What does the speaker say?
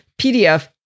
.pdf